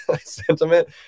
sentiment